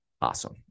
awesome